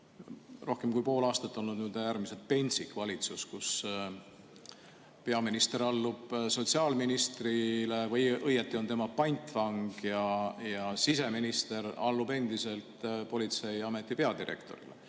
rohkem kui pool aastat olnud äärmiselt pentsik valitsus: peaminister allub sotsiaalministrile või õieti on tema pantvang ja siseminister allub endiselt politseiameti peadirektorile.